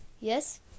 Yes